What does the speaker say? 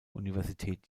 universität